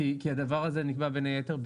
כי הדבר הזה נקבע, בין היתר,